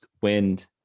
wind